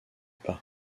pas